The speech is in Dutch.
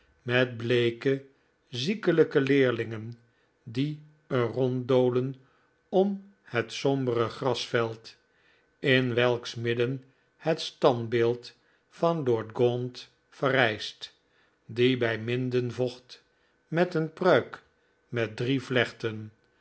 met bleeke ziekelijke leerlingen die er ronddolen om het sombere grasveld in welks midden het standbeeld van lord gaunt verrijst die bij minden vocht met een pruik met drie vlechten